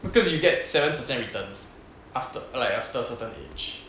because you get seven percent returns after like after a certain age